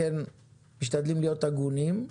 משתדלים להיות הגונים.